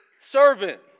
servant